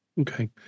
Okay